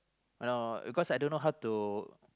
I know because I don't know how to